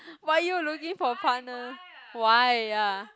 why are you looking for a partner why ya